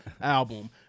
album